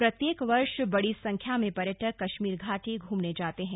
प्रत्येक वर्ष बड़ी संख्या में पर्यटक कश्मीर घाटी घूमने जाते हैं